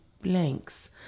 blanks